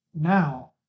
Now